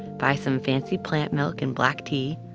buy some fancy plant milk and black tea,